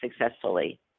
successfully